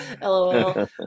lol